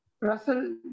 Russell